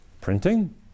printing